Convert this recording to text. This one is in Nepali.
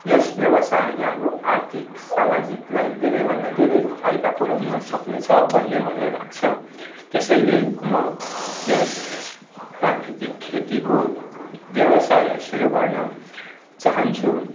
यस व्यवसायले हाम्रो आर्थिक सामाजिकलाई धेरैभन्दा धेरै फाइदा पुऱ्याउन सक्नेछ भन्ने मलाई लाग्छ त्यसैले म यस प्राकृतिक खेतीको व्यवसाय सुरु गर्न चाहन्छु